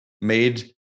made